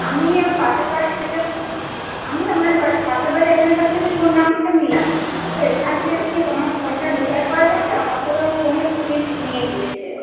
আমি আম পাশের বাড়ির থেকে আমি আপনার বাড়ির পাশের বাড়ির একজনের কাছ থেকে ফোন নম্বরটা নিলাম তো এখানে কি কোনো ফোনটা রিপেয়ার করা যাবে আমার আসলে আমার ফোনের স্ক্রিনটা ভেঙে গিয়েছে